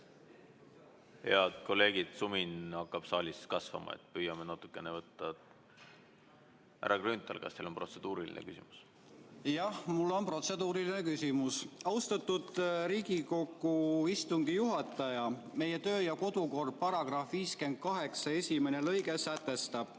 Head kolleegid, sumin hakkab saalis kasvama, püüame natukene võtta ... Härra Grünthal, kas teil on protseduuriline küsimus? Jah, mul on protseduuriline küsimus. Austatud Riigikogu istungi juhataja! Meie kodu- ja töökorra seaduse § 58 lõige 1 sätestab: